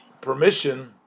permission